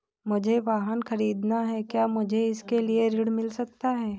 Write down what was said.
मुझे वाहन ख़रीदना है क्या मुझे इसके लिए ऋण मिल सकता है?